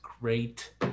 great